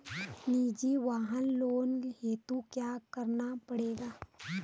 निजी वाहन लोन हेतु क्या करना पड़ेगा?